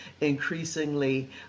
increasingly